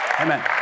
Amen